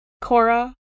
Cora